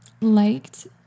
liked